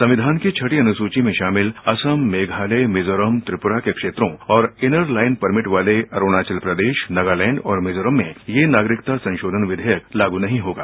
संविधान की छठी अनुसूची में शामिल असम मेघालय मिजोरम त्रिपुरा के क्षेत्रों और इनर लाइन परमिट वाले क्षेत्रों अरुणाचल प्रदेश नागालैंड और मिजोरम में यह नागरिकता संशोधन विधेयक लागू नहीं होगा